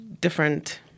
different